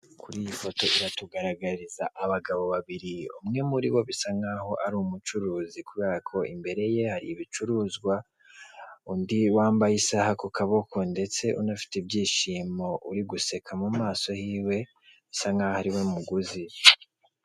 Kuri iyi foto iratugaragariza abagabo babiri umwe muri bo bisa nkaho ari umucuruzi kubera ko imbere ye hari ibicuruzwa, undi wambaye isaha ku kaboko ndetse unafite ibyishimo uri guseka mu maso hiwe bisa nkaho ariwe muguzi.